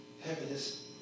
heaviness